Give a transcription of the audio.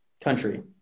country